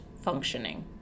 functioning